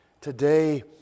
today